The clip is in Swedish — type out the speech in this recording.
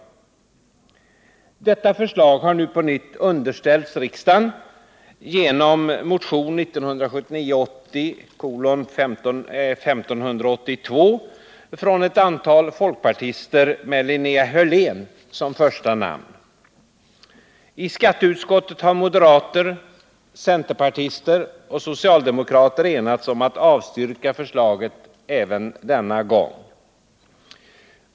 Detta förslag har nu på nytt underställts riksdagen genom motion 1979/80:1582 från ett antal folkpartister med Linnea Hörlén som första namn. I skatteutskottet har moderater, centerpartister och socialdemokrater enats om att avstyrka förslaget även denna gång.